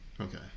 Okay